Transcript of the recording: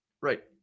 right